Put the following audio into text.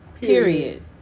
period